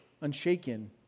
unshaken